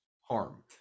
harm